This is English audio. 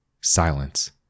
Silence